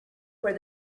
where